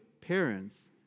parents